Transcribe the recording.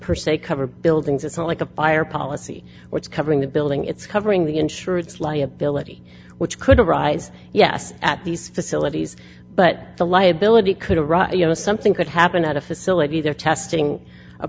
per se cover buildings it's not like a fire policy or it's covering the building it's covering the insurance liability which could arise yes at these facilities but the liability could arise you know something could happen at a facility they're testing a